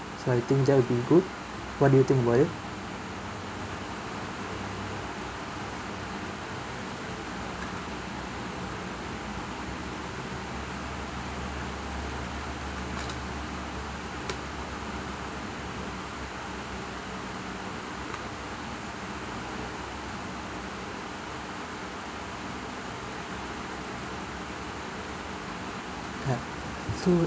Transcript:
so I think that will be good what do you think about it ya so